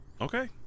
Okay